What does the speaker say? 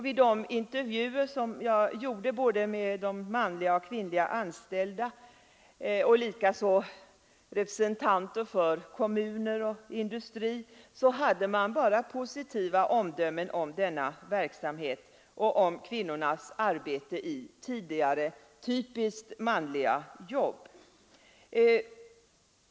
Vid de intervjuer som jag gjorde med såväl manliga som kvinnliga anställda och med representanter för kommuner och industri hade man bara positiva omdömen om denna verksamhet och om kvinnornas arbete i tidigare typiskt manliga jobb.